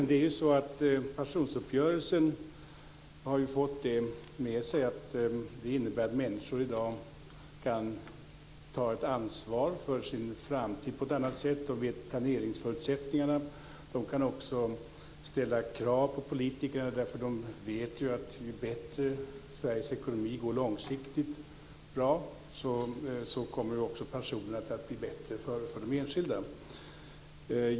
Herr talman! Pensionsuppgörelsen har ju medfört att människor i dag kan ta ett ansvar för sin framtid på ett annat sätt. De vet planeringsförutsättningarna, och de kan också ställa krav på politikerna. De vet att ju bättre Sveriges ekonomi går långsiktigt, desto bättre kommer pensionerna att bli för de enskilda.